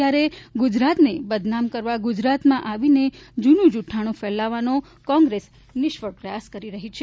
ત્યારે ગુજરાતને બદનામ કરવા ગુજરાતમાં આવીને જૂનું જૂઠાણુ ફેલાવવાનો કોંગ્રેસ નિષ્ફળ પ્રયાસ કરી રહી છે